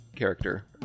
character